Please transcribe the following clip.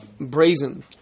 brazen